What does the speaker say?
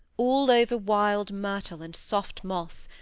all over wild myrtle and soft moss,